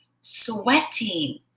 sweating